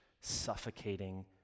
suffocating